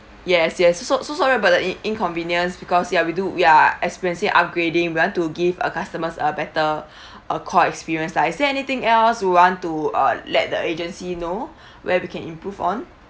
yes yes so so~ so sorry about the in~ inconvenience because ya we do we're experiencing upgrading we want to give uh customers uh better uh call experience lah is there anything else you want to uh let the agency know where we can improve on